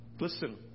Listen